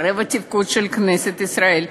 רבע תפקוד של כנסת ישראל.